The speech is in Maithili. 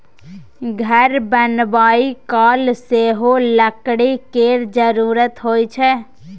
घर बनाबय काल सेहो लकड़ी केर जरुरत होइ छै